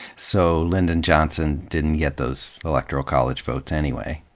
so lyndon johnson didn't get those electoral college votes anyway.